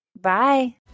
Bye